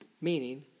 meaning